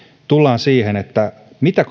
tullaan siihen mitä